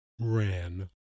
ran